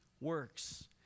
works